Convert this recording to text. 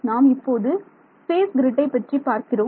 நாம் இப்போது ஸ்பேஸ் கிரிட்டை பற்றி பார்க்கிறோம்